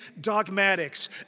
dogmatics